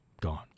Gone